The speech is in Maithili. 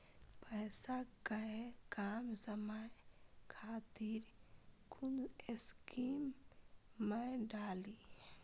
पैसा कै कम समय खातिर कुन स्कीम मैं डाली?